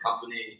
company